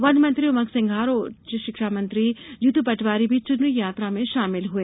one मंत्री उमंग सिंघार और उच्च शिक्षा मंत्री जीतू पटवारी भी चुनरी यात्रा में शामिल हुए